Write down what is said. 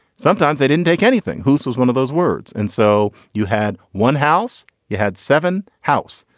sometimes they didn't take anything whose was one of those words. and so you had one house you had seven house.